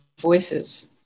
voices